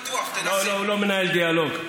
לא, הוא לא מנהל דיאלוג.